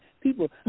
People